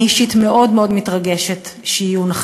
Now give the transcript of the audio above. אני אישית מאוד מאוד מתרגשת מהנחתה.